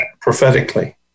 prophetically